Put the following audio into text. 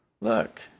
Look